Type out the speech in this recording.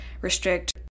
restrict